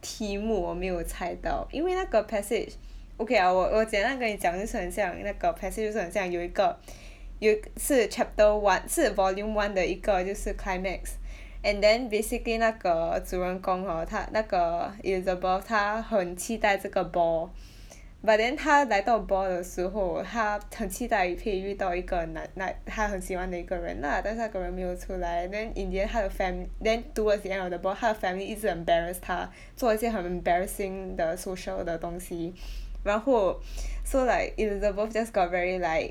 题目我没有猜到因为那个 passage okay I 我我简单跟你讲就是很像那个 passage 很像有一个 有是 chapter one 是 volume one 的一个就是 climax and then basically 那个主人公 hor 她那个 Elizabeth 她很期待那个 ball but then 她来到 ball 的时候她很期待可以遇到一个男 like 她很喜欢的一个人啦但那个人没有出来 and then in the end 她的 fam~ then towards the end of the ball 她的 family 一直 embarass 她 做一些很 embarassing 的 social 的东西 然后 so like Elizabeth just got very like